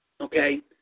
okay